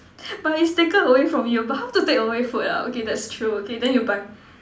but is taken away from you but how to take away food ah okay that's true okay then you buy